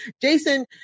jason